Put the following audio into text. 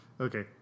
Okay